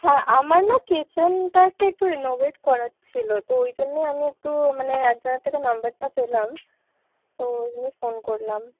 হ্যাঁ আমার না কিচেনটাকে একটু রেনোভেট করার ছিলো তো ওই জন্য আমি একটু মানে একজনের থেকে নাম্বারটা পেলাম তো ওই জন্য ফোন করলাম